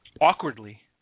Awkwardly